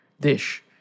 dish